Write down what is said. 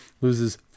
loses